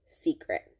secret